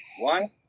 One